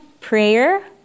prayer